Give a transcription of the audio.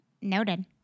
noted